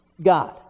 God